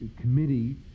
committee